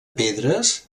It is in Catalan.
pedres